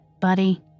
Buddy